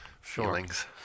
feelings